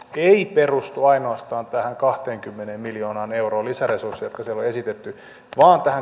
ei perustu ainoastaan tähän kahteenkymmeneen miljoonaan euroon lisäresursseja jotka siellä on esitetty vaan tähän